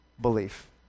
Belief